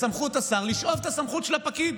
בסמכות השר לשאוב את הסמכות של הפקיד,